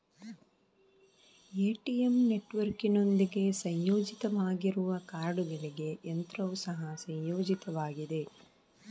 ATM ನೆಟ್ವರ್ಕಿನೊಂದಿಗೆ ಸಂಯೋಜಿತವಾಗಿರುವ ಕಾರ್ಡುಗಳಿಗೆ ಯಂತ್ರವು ಸಹ ಸಂಯೋಜಿತವಾಗಿದೆ